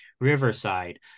Riverside